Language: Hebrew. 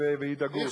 וידאגו.